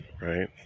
right